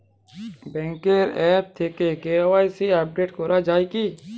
ব্যাঙ্কের আ্যপ থেকে KYC update করা যায় কি?